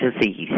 disease